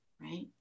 Right